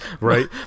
right